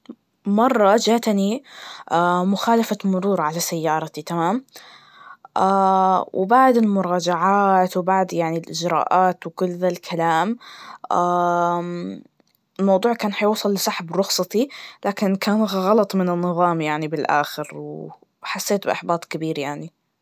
مرة جاتني مخالفة مرور على سيارتي, تمام؟ وبعد مراجعات, وبعد يعني الإجراءات وكل ذالكلام, الموضوع كان حيوصل لسحب رخصتتي, لكن كان غ غلط من النظام, يعني بالآخر, وحسيت بإحباك كبير يعني.